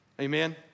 Amen